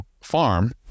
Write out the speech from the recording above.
farm